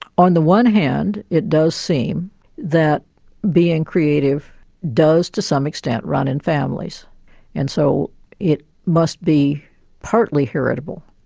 on the one hand it does seem that being creative does to some extent run in families and so it must be partly heritable.